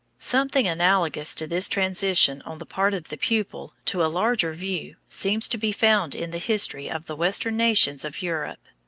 something analogous to this transition on the part of the pupil to a larger view seems to be found in the history of the western nations of europe.